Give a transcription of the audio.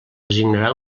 designarà